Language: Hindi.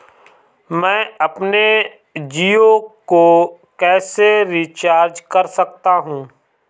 मैं अपने जियो को कैसे रिचार्ज कर सकता हूँ?